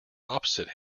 opposite